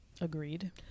Agreed